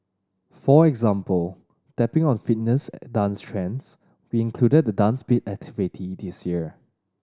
for example tapping on fitness dance trends we included the Dance Beat activity this year